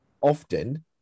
often